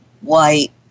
white